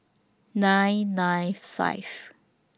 nine nine five